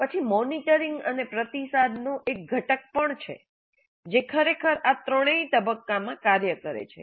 પછી મોનિટરિંગ અને પ્રતિસાદનો એક ઘટક પણ છે જે ખરેખર આ ત્રણેય તબક્કાઓમાં કાર્ય કરે છે